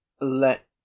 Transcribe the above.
let